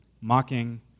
mocking